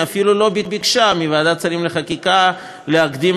היא אפילו לא ביקשה מוועדת שרים לחקיקה להקדים